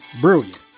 Brilliant